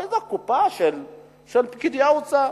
בתוך קופה של פקידי האוצר.